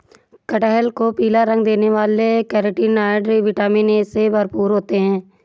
कटहल को पीला रंग देने वाले कैरोटीनॉयड, विटामिन ए से भरपूर होते हैं